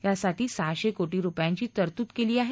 यासाठी सहाशे कोटी रुपयांची तरतूद केली आहे